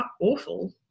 awful